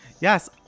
Yes